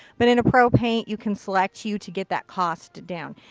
but in a pro paint you can select hue to get that cost down.